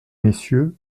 messieurs